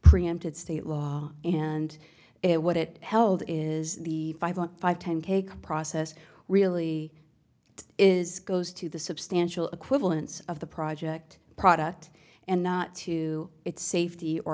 preempted state law and it what it held is the five on five ten cake process really is goes to the substantial equivalence of the project product and not to its safety or